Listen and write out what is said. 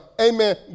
amen